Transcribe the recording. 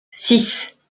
six